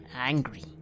angry